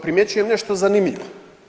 Primjećujem nešto zanimljivo.